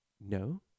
No